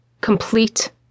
Complete